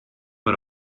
per